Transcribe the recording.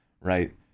right